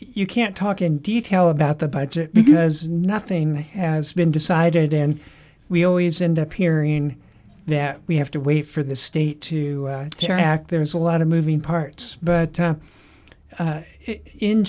you can't talk in detail about the budget because nothing has been decided and we always end up hearing that we have to wait for the state to act there is a lot of moving parts but